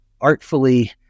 artfully